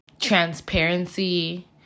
transparency